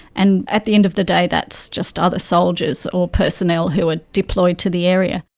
and at the end of the day that's just other soldiers or personnel who are deployed to the area.